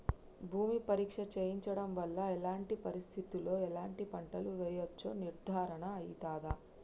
భూమి పరీక్ష చేయించడం వల్ల ఎలాంటి పరిస్థితిలో ఎలాంటి పంటలు వేయచ్చో నిర్ధారణ అయితదా?